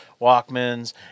Walkmans